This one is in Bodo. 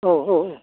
औ औ